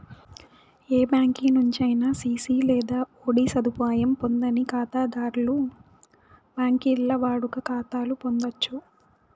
ఏ బ్యాంకి నుంచైనా సిసి లేదా ఓడీ సదుపాయం పొందని కాతాధర్లు బాంకీల్ల వాడుక కాతాలు పొందచ్చు